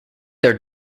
their